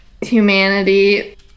humanity